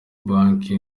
banki